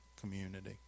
community